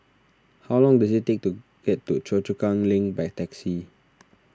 how long does it take to get to Choa Chu Kang Link by taxi